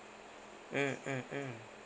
mm mm mm